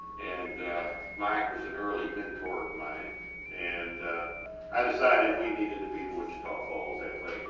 and mike was an early mentor of mine and i decided we needed to be the wichita falls athletic